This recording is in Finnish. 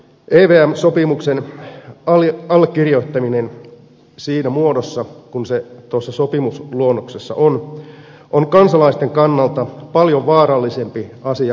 evm sopimuksen allekirjoittaminen siinä muodossa missä se tuossa sopimusluonnoksessa on on kansalaisten kannalta paljon vaarallisempi asia kuin pikavipit